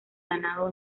ganado